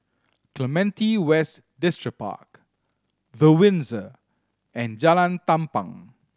Clementi West Distripark The Windsor and Jalan Tampang